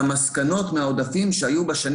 זה היה חלק מהמסקנות לגבי העודפים שהיו בשנים